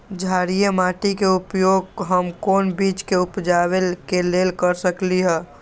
क्षारिये माटी के उपयोग हम कोन बीज के उपजाबे के लेल कर सकली ह?